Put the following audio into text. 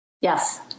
Yes